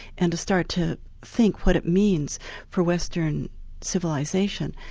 and to start to think what it means for western civilisation.